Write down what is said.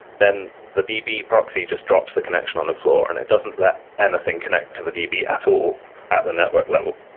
then the db proxy just drops the connection on the floor and it doesn't let anything connect to the db at all at the network level.